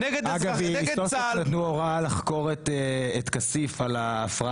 אגב, סוף סוף נתנו הוראה לחקור את כסיף על ההפרעה.